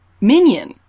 minion